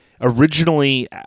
Originally